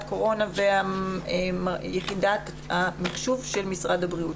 קורונה ויחידת המחשוב של משרד הבריאות.